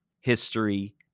history